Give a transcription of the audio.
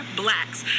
blacks